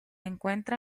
encuentra